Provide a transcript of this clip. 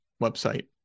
website